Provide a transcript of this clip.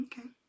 Okay